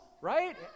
right